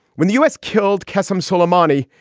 when the u s. killed ksm suleimani,